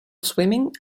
swimming